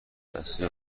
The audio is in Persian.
اصلی